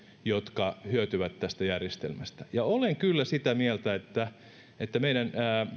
jotka hyötyvät tästä järjestelmästä ja olen kyllä sitä mieltä että että meidän